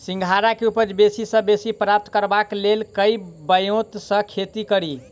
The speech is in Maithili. सिंघाड़ा केँ उपज बेसी सऽ बेसी प्राप्त करबाक लेल केँ ब्योंत सऽ खेती कड़ी?